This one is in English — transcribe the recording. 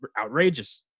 outrageous